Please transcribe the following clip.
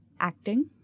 acting